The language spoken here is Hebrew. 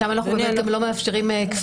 שם אנחנו בין היתר לא מאפשרים כפייה.